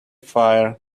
fire